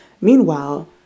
meanwhile